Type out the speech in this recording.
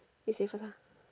you say first lah